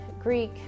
Greek